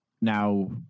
now